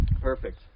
perfect